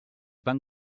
van